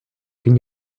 can